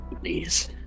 Please